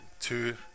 two